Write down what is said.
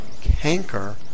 canker